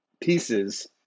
pieces